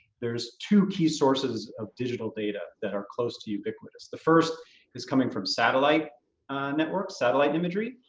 there's two key sources of digital data that are close to ubiquitous. the first is coming from satellite networks, satellite imagery.